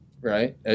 right